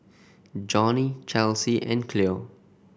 Jonnie Chelsie and Cleo